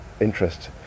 interest